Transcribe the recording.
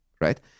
right